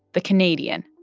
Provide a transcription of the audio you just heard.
the canadian,